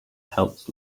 helped